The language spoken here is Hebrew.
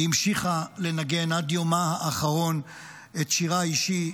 היא המשיכה לנגן עד יומה האחרון את שירה האישי,